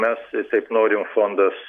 mes taip norim fondas